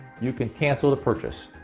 you can cancel the purchase.